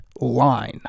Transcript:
line